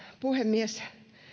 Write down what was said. puhemies